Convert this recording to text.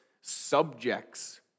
subjects